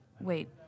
Wait